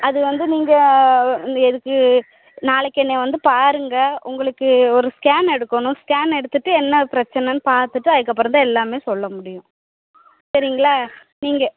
அது வந்து நீங்கள் எதுக்கும் நாளைக்கு என்னை வந்து பாருங்கள் உங்களுக்கு ஒரு ஸ்கேன் எடுக்கணும் ஸ்கேன் எடுத்துட்டு என்ன பிரச்சனைன்னு பார்த்துட்டு அதுக்கப்புறம் தான் எல்லாம் சொல்ல முடியும் சரிங்களா நீங்கள்